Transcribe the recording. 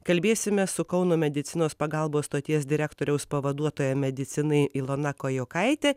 kalbėsime su kauno medicinos pagalbos stoties direktoriaus pavaduotoja medicinai ilona kajokaite